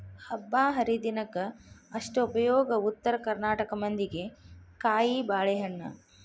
ಹಬ್ಬಾಹರಿದಿನಕ್ಕ ಅಷ್ಟ ಉಪಯೋಗ ಉತ್ತರ ಕರ್ನಾಟಕ ಮಂದಿಗೆ ಕಾಯಿಬಾಳೇಹಣ್ಣ